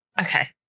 Okay